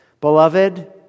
Beloved